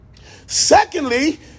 Secondly